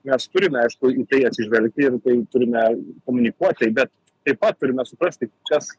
mes turime aišku į tai atsižvelgti ir turime komunikuot tai bet taip pat turime suprasti kas